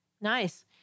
Nice